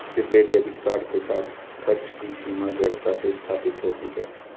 prepaid debit card के साथ, खर्च की सीमा दृढ़ता से स्थापित होती है